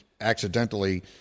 accidentally